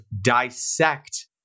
dissect